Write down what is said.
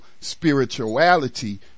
spirituality